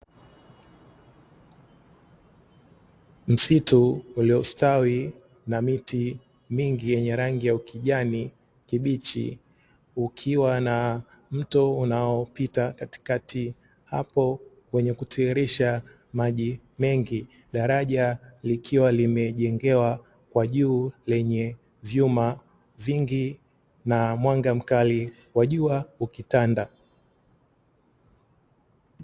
Msitu uliostawi na miti mingi yenye rangi ya ukijani kibichi ukiwa na mto unaopita katikati hapo wenyekutiririsha maji mengi, daraja likiwa limejengewa kwa juu lenye vyuma vingi na mwanga mkali wa jua ukitanda.